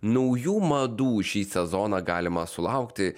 naujų madų šį sezoną galima sulaukti